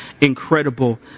incredible